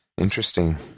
Interesting